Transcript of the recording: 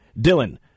Dylan